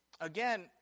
Again